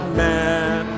man